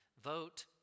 vote